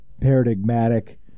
paradigmatic